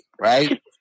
right